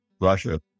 Russia